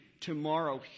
tomorrow